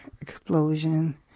explosion